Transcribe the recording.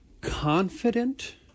confident